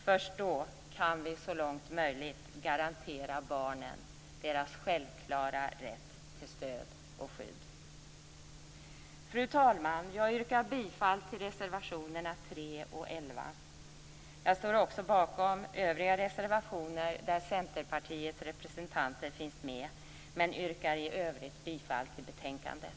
Först då kan vi så långt möjligt garantera barnen deras självklara rätt till stöd och skydd. Fru talman! Jag yrkar bifall till reservationerna nr 3 och 11. Jag står också bakom övriga reservationer där Centerpartiets representanter finns med. I övrigt yrkar jag bifall till hemställan i betänkandet.